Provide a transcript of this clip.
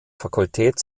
fakultät